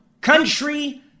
country